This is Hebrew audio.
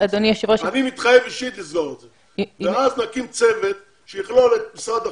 אני מתחייב אישית לסגור את זה ואז להקים צוות שיכלול את משרד החוץ,